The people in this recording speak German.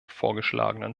vorgeschlagenen